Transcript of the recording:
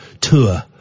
Tour